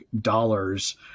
dollars